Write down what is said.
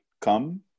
come